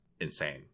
insane